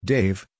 Dave